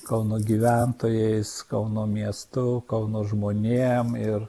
kauno gyventojais kauno miestu kauno žmonėm ir